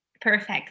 Perfect